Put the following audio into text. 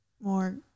more